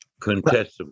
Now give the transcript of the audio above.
contestable